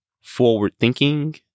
forward-thinking